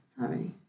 sorry